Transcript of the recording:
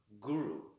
Guru